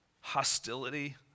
hostility